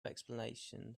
explanation